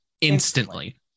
instantly